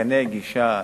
מתקני גישה משהו,